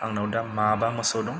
आंनाव दा माबा मोसौ दं